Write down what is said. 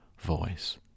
voice